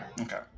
Okay